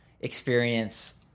experience